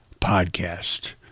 podcast